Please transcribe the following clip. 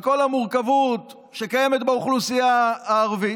על כל המורכבות שקיימת באוכלוסייה הערבית,